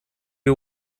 you